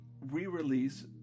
re-release